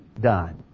done